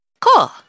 Cool